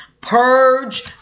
Purge